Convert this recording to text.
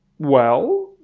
well,